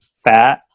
fat